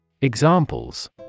Examples